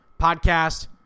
Podcast